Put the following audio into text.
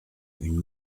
une